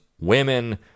women